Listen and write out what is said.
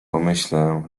pomyślę